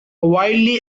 wildly